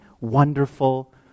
wonderful